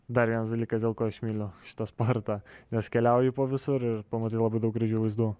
dar vienas dalykas dėl ko aš myliu šitą sportą nes keliauji po visur ir pamatai labai daug gražių vaizdų